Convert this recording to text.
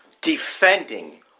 defending